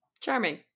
Charming